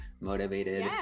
motivated